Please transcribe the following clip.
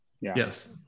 Yes